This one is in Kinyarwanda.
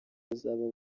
bazaba